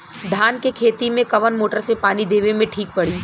धान के खेती मे कवन मोटर से पानी देवे मे ठीक पड़ी?